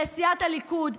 לסיעת הליכוד,